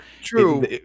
true